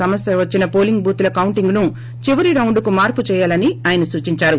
సమస్య వచ్చిన వోలింగ్ బూత్తల కౌంటింగ్ని చివరి రౌండ్కు మార్పు చేయాలని ఆయన సూచించారు